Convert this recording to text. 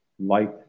light